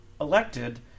Elected